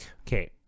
okay